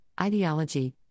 ideology